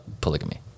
polygamy